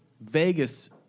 Vegas